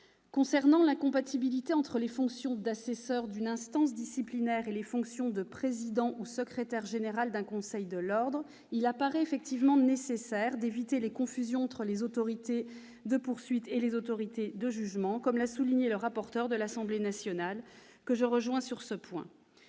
de l'incompatibilité entre les fonctions d'assesseur d'une instance disciplinaire et les fonctions de président ou secrétaire général d'un conseil de l'Ordre, il apparaît effectivement nécessaire d'éviter les confusions entre les autorités de poursuite et les autorités de jugement, comme l'a souligné le rapporteur de l'Assemblée nationale, que je rejoins sur ce point.